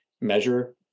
measure